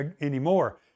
anymore